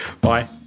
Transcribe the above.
Bye